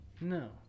no